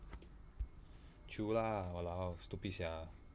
true lah !walao! stupid sia